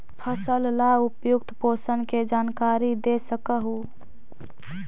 फसल ला उपयुक्त पोषण के जानकारी दे सक हु?